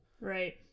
Right